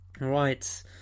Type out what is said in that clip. Right